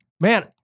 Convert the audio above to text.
man